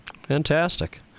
fantastic